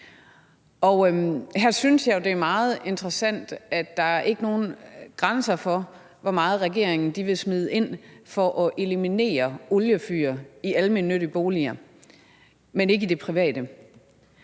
interessant, at der ikke er nogen grænser for, hvor meget regeringen vil smide ind for at eliminere oliefyr i almennyttige boliger, men ikke i det private.